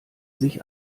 sich